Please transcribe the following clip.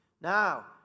Now